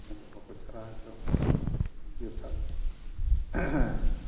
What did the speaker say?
ᱟᱫᱚ ᱵᱟᱠᱚ ᱪᱷᱟᱨᱟᱣ ᱦᱚᱪᱚ ᱠᱟᱫᱟ ᱱᱚᱣᱟ ᱫᱚ ᱢᱤᱫᱴᱤᱱ ᱡᱚᱛᱷᱟᱛ